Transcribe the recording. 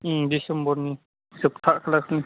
डिसिम्बरनि जोबथा खालारसिम